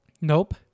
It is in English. Nope